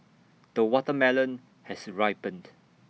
the watermelon has ripened